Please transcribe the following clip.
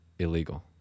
Illegal